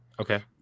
okay